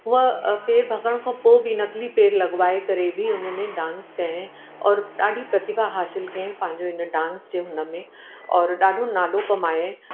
हूअ पेरु भॻण खां पोइ बि नकिली पेरु लॻिवाए करे बि उन्हनि डांस कई और ॾाढी प्रतिभा हासिल कई पंहिंजो हिन डांस जे हुन में और ॾाढो नालो कमाए